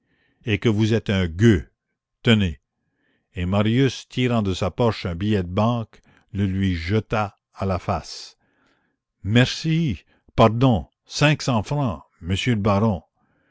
et que vous êtes un gueux tenez et marius tirant de sa poche un billet de banque le lui jeta à la face merci pardon cinq cents francs monsieur le baron